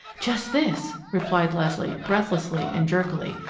just this, replied leslie, breathlessly and jerkily.